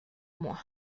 mois